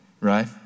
right